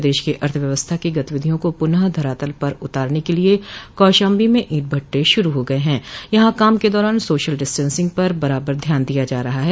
प्रदेश की अर्थव्यवस्था की गतिविधियों को पुनः धरातल पर उतारने के लिये कौशाम्बी में ईट भट्ठे शुरू हो गये हैं यहां काम के दौरान सोशल डिस्टेंसिंग पर बराबर ध्यान दिया जा रहा है